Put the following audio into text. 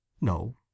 No